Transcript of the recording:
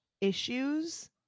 Issues